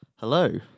Hello